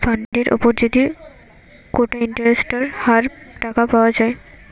ফান্ডের উপর যদি কোটা ইন্টারেস্টের হার টাকা পাওয়া যায়